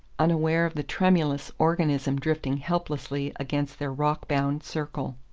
unaware of the tremulous organism drifting helplessly against their rock-bound circle.